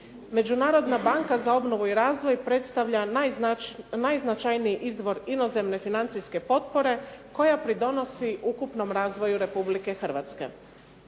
Međunarodna banka za obnovu i razvoj predstavlja najznačajniji izvor inozemne financijske potpore koja pridonosi ukupnom razvoju Republike Hrvatske.